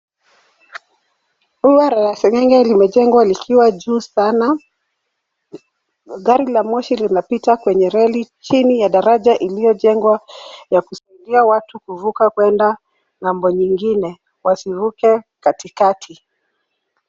Ua la senenge limejengwa likiwa juu san. Gari la moshi limepita kwenye reli chini ya daraja iliyojengwa ya kusaidia watu kuvuka kwenda ng'ambo nyingine wasiruke katikati.